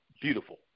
beautiful